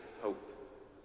hope